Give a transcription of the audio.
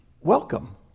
welcome